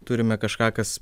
turime kažką kas